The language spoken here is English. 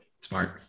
Smart